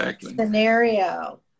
scenario